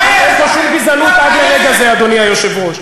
אין פה שום גזענות עד לרגע זה, אדוני היושב-ראש.